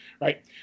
Right